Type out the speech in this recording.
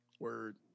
Word